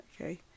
okay